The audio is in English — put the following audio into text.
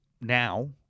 now